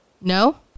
No